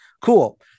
Cool